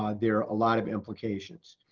um there are a lot of implications.